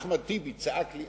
אחמד טיבי צעק לי,